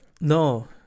no